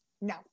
No